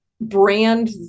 brand